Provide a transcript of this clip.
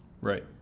Right